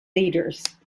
leaders